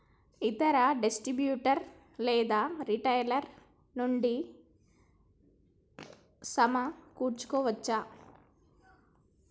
ఇతర డిస్ట్రిబ్యూటర్ లేదా రిటైలర్ నుండి సమకూర్చుకోవచ్చా?